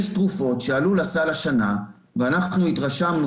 יש תרופות שעלו לסל השנה ואנחנו התרשמנו